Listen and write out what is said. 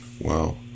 Wow